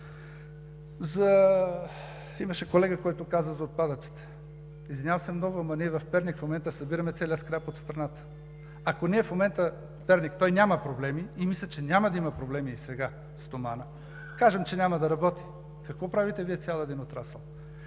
Имаше колега, който каза за отпадъците. Извинявам се много, ама ние в Перник в момента събираме целия скрап от страната. Ако ние в момента в Перник – той няма проблеми и мисля, че няма да има проблеми и сега в „Стомана“, да кажем, че няма да работи, какво правите Вие цял един отрасъл?